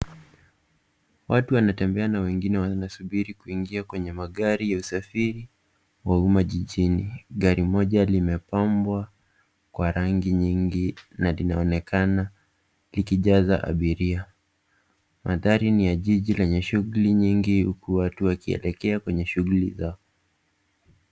Watu wanatembea na wengine wanasubiri kuingia kwenye magari ya usafiri wa umma jijini. Gari moja limepambwa kwa rangi nyingi na linaonekana likijaza abiria. Mandhari ni ya jiji lenye shughuli nyingi huku watu wakielekea kwenye shughuli zao.